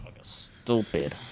Stupid